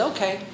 Okay